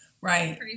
Right